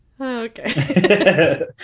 okay